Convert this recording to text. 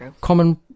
common